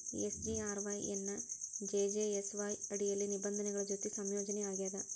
SGRY ಎನ್ನಾ JJSY ಅಡಿಯಲ್ಲಿ ನಿಬಂಧನೆಗಳ ಜೊತಿ ಸಂಯೋಜನಿ ಆಗ್ಯಾದ